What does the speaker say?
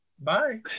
Bye